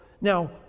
Now